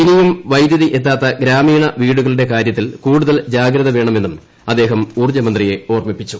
ഇനിയും വൈദ്യുതി എത്താത്ത ഗ്രാമീണ വീടുകളുടെ കാര്യത്തിൽ കൂടുതൽ ജാഗ്രത വേണമെന്നും അദ്ദേഹം ഊർജ്ജമന്ത്രിയെ ഓർമ്മിപ്പിച്ചു